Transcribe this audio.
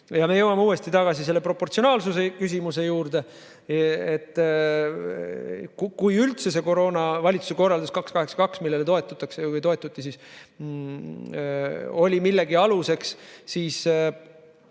Me jõuame uuesti tagasi selle proportsionaalsuse küsimuse juurde: kui üldse see valitsuse korraldus 282, millele siis toetuti, oli millegi aluseks, siis